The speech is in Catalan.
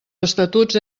estatuts